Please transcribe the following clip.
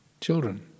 children